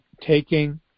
taking